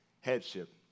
headship